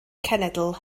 cenedl